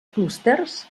clústers